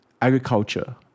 agriculture